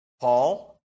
Paul